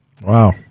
Wow